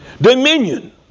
Dominion